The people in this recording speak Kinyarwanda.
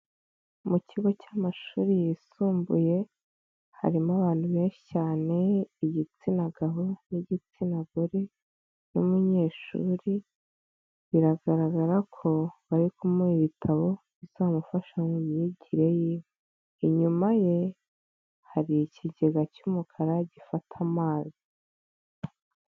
Mu kigo cy'amashuri yisumbuye, harimo abantu benshi cyane, igitsina gabo n'igitsina gore n'umunyeshuri, biragaragara ko bari kumuha ibitabo, bizamufasha mu myigire y'iwe, inyuma ye hari ikigega cy'umukara gifata amazi.